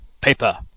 paper